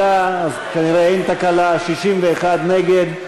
59 בעד, אז כנראה אין תקלה, 61 נגד.